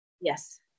Yes